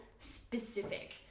specific